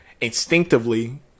Instinctively